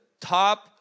top